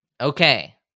Okay